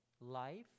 life